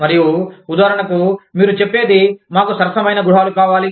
మరియు ఉదాహరణకు మీరు చెప్పేది మాకు సరసమైన గృహాలు కావాలి